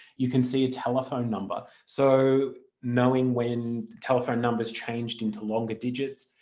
you can see a telephone number. so knowing when telephone numbers changed into longer digits